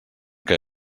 que